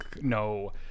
No